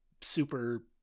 super